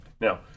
Now